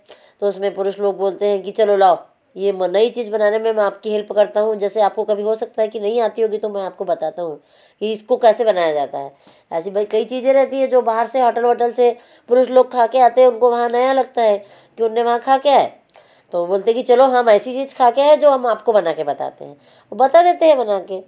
तो उसमें पुरुष लोग बोलते हैं कि चलो लाओ यह म नई चीज़ बनाने में मैं आपकी हेल्फ करता हूँ जैसे आपको कभी हो सकता है कि नहीं आती होगी तो मैं आपको बताता हूँ कि इसको कैसे बनाया जाता है ऐसे भाई कई चीज़ें रहती है जो बाहर से होटल वोटल से पुरुष लोग खाकर आते हैं उनको वहाँ नया लगता है कि उनने वहाँ खाकर आए तो बोलते हैं कि चलो हम ऐसे चीज़ खाकर आए जो हम आपको बना कर बताते हैं बता देते हैं बनाकर